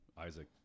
Isaac